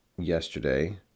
yesterday